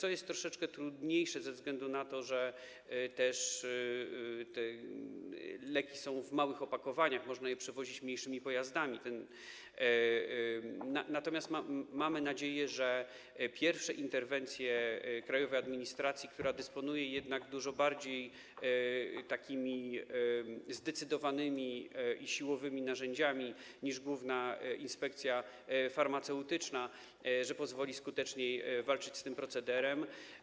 To jest troszeczkę trudniejsze ze względu na to, że leki są w małych opakowaniach i można je przewozić mniejszymi pojazdami, natomiast mamy nadzieję, że interwencje krajowej administracji, która jednak dysponuje dużo bardziej zdecydowanymi i siłowymi narzędziami niż główna inspekcja farmaceutyczna, pozwolą skuteczniej walczyć z tym procederem.